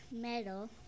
metal